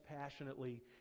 passionately